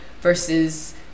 versus